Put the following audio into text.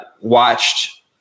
watched